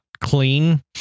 clean